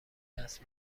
دست